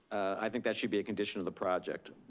i think that should be a condition of the project.